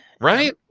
Right